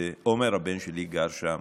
ועומר הבן שלי גר שם,